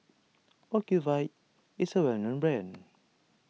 Ocuvite is a well known brand